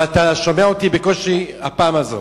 אבל אתה בקושי שומע אותי.